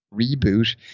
reboot